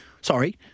sorry